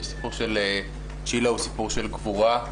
שהסיפור של צ'ילה הוא סיפור של גבורה,